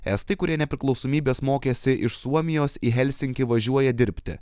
estai kurie nepriklausomybės mokėsi iš suomijos į helsinkį važiuoja dirbti